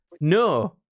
No